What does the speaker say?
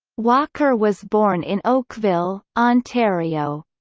walker was born in oakville, ontario.